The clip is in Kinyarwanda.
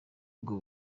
ubwo